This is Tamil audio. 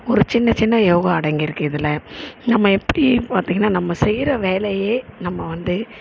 ஒரு சின்னச்சின்ன யோகா அடங்கியிருக்கு இதில் நம்ம எப்படி பார்த்தீங்கன்னா நம்ம செய்யற வேலையே நம்ம வந்து